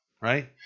right